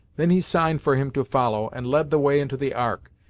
then he signed for him to follow, and led the way into the ark,